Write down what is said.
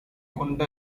கொண்ட